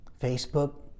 Facebook